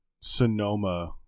Sonoma